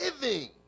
living